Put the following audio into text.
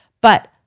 But-